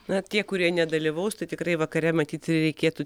na tie kurie nedalyvaus tai tikrai vakare matyt reikėtų